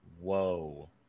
whoa